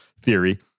theory